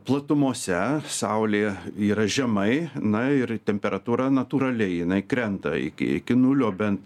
platumose saulė yra žemai na ir temperatūra natūraliai jinai krenta iki iki nulio bent